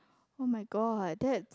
[oh]-my-god that